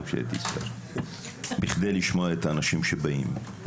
כשהייתי שר בכדי לשמוע את האנשים שבאים.